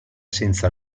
senza